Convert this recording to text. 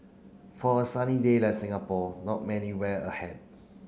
for a sunny day like Singapore not many wear a hat